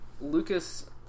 Lucas